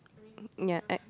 ya at